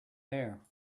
there